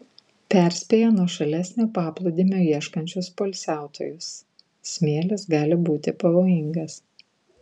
perspėja nuošalesnio paplūdimio ieškančius poilsiautojus smėlis gali būti pavojingas